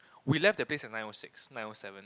we left the place at nine O six nine O seven